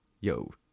yo